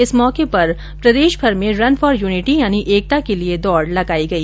इस मौके पर प्रदेशभर में रन फोर यूनिटी यानी एकता के लिये दौड लगाई गई